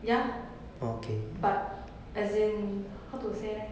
ya but as in how to say leh